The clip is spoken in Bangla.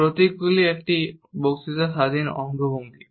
প্রতীকগুলি একটি বক্তৃতা স্বাধীন অঙ্গভঙ্গি